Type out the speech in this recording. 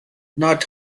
not